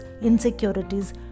insecurities